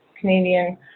Canadian